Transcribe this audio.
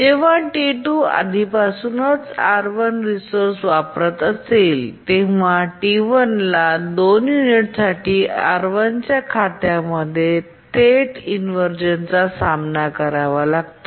जेव्हा T2 आधीपासूनच R1 resource वापरत असेल तेव्हा T1 ला 2 युनिट्ससाठी R1 च्या खात्यामध्ये थेट इन्व्हरझनचा सामना करावा लागतो